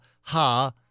ha